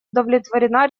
удовлетворена